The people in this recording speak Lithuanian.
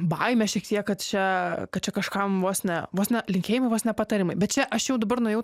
baimę šiek tiek kad čia kad čia kažkam vos ne vos ne linkėjimai vos ne patariamai bet čia aš jau dabar nuėjau